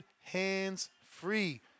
hands-free